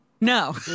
No